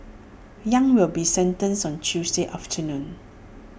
yang will be sentenced on Tuesday afternoon